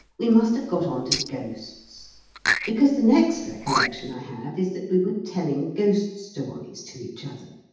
we must have got on to ghosts because the next recollection i have is that we were telling ghost stories to each other.